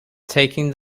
taking